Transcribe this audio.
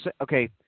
Okay